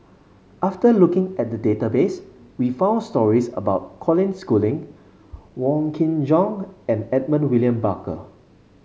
after looking at the database we found stories about Colin Schooling Wong Kin Jong and Edmund William Barker